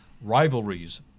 Rivalries